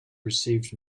received